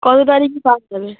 কতো তারিখে পাওয়া যাবে